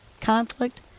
conflict